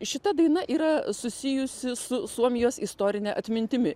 šita daina yra susijusi su suomijos istorine atmintimi